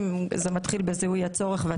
ואולי המורכבויות היו יותר ברורות לאור זה